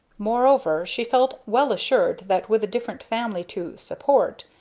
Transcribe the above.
moreover, she felt well assured that with a different family to support,